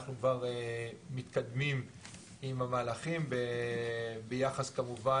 אנחנו כבר מתקדמים עם המהלכים כמובן